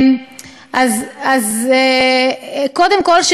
קודם כול,